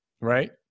right